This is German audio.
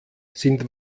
sind